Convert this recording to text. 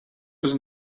was